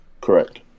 Correct